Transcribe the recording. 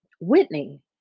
Whitney